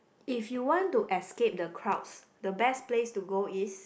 if you want to escape the crowds the best place to go is